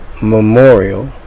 memorial